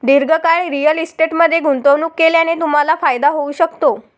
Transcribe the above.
दीर्घकाळ रिअल इस्टेटमध्ये गुंतवणूक केल्याने तुम्हाला फायदा होऊ शकतो